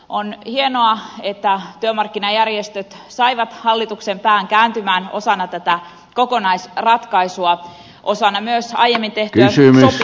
on hienoa että työmarkkinajärjestöt saivat hallituksen pään kääntymään osana tätä kokonaisratkaisua osana myös aiemmin tehtyä sopimusta